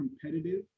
competitive